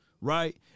Right